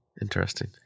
interesting